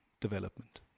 development